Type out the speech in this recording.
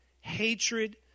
hatred